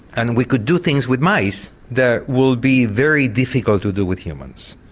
and we could do things with mice that will be very difficult to do with humans.